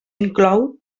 inclou